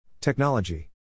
Technology